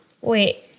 wait